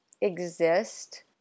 exist